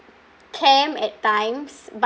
cam at times but